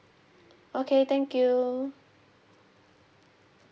okay thank you